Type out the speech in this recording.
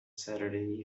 saturday